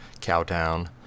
Cowtown